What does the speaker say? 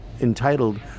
entitled